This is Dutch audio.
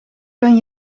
kan